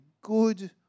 good